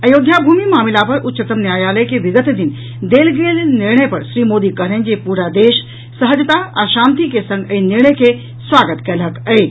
अयोध्या भूमि मामिला पर उच्चतम न्यायालय के विगत दिन देल गेल निर्णय पर श्री मोदी कहलनि जे पूरा देश सहजता आ शांति के संग एहि निर्णय के स्वागत कयलक अछि